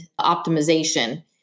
optimization